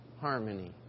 harmony